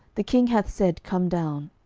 the king hath said, come down.